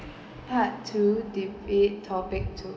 part two debate topic two